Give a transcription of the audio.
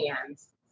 hands